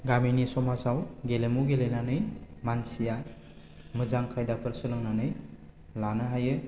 गामिनि समाजाव गेलेमु गेलेनानै मानसिया मोजां खायदाफोर सोलोंनानै लानो हायो